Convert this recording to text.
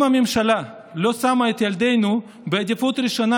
אם הממשלה לא שמה את ילדינו בעדיפות ראשונה,